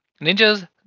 ninjas